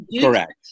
correct